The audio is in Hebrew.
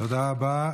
תודה רבה.